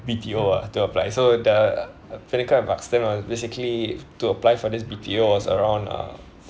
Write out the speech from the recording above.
B_T_O ah to apply so the pinnacle at duxton ah basically to apply for this B_T_O was around uh